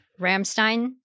Ramstein